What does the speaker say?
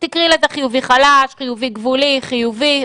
תקראי לזה "חיובי חלש", "חיובי גבולי", "חיובי"?